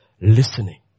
listening